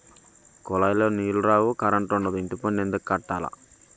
కులాయిలో నీలు రావు కరంటుండదు ఇంటిపన్ను ఎందుక్కట్టాల